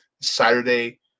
saturday